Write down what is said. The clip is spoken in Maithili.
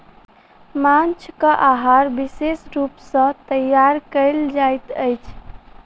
माँछक आहार विशेष रूप सॅ तैयार कयल जाइत अछि